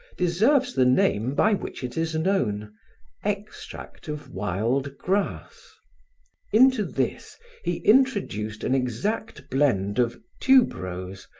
deserves the name by which it is known extract of wild grass into this he introduced an exact blend of tuberose,